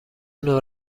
نوع